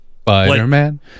Spider-Man